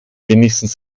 wenigstens